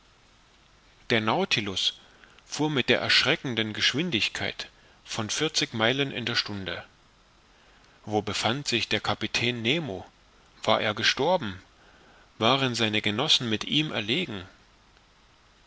der nautilus fuhr mit der erschrecklichen geschwindigkeit von vierzig meilen in der stunde wo befand sich der kapitän nemo war er gestorben waren seine genossen mit ihm erlegen